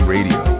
Radio